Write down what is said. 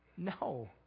No